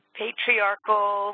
patriarchal